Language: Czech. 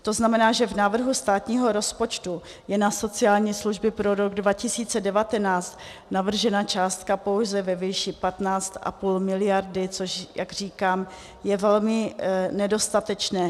To znamená, že v návrhu státního rozpočtu je na sociální služby pro rok 2019 navržena částka pouze ve výši 15,5 miliardy, což, jak říkám, je velmi nedostatečné.